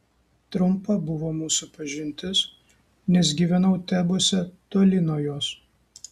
trumpa buvo mūsų pažintis nes gyvenau tebuose toli nuo jos